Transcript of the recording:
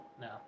No